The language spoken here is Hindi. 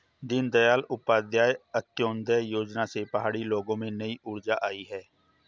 दीनदयाल उपाध्याय अंत्योदय योजना से पहाड़ी लोगों में नई ऊर्जा आई है